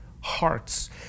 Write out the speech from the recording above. hearts